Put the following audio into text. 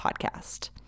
Podcast